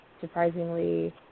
surprisingly